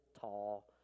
tall